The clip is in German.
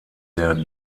der